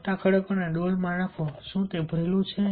મોટા ખડકોને ડોલમાં નાખો શું તે ભરેલું છે